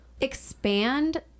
expand